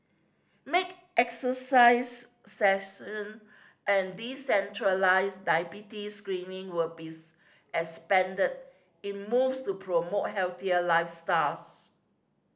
make exercise session and decentralised diabetes screening will be expanded in moves to promote healthier lifestyles